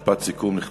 משפט סיכום, נכבדי.